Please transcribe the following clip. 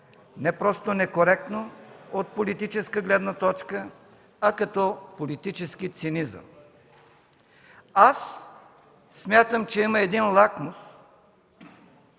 не просто некоректно от политическа гледна точка, а като политически цинизъм. Аз смятам, че има един лакмус,